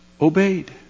obeyed